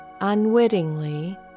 unwittingly